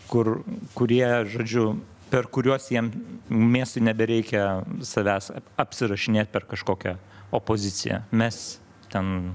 kur kurie žodžiu per kuriuos jiem miestui nebereikia savęs apsirašinėt per kažkokią opoziciją mes ten